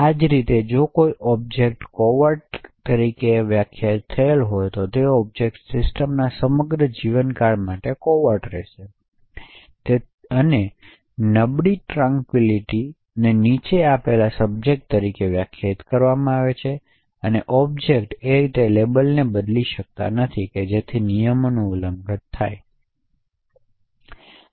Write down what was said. આ જ રીતે જો કોઈ ઓબ્જેક્ટને કોવેર્ટ કહેવા તરીકે વ્યાખ્યાયિત કરવામાં આવે છે તો તે ઓબ્જેક્ટ સિસ્ટમના સમગ્ર જીવનકાળ માટે કોવેર્ટ રહેશે તેથી નબળી ટ્રાનકવિલીટીને નીચે આપેલ સબ્જેક્ટ તરીકે વ્યાખ્યાયિત કરવામાં આવે છે અને ઓબ્જેક્ટ એ રીતે લેબલને બદલી શકતા નથી કે જેથી નિયમનું ઉલ્લંઘન થાય છે